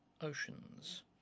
Oceans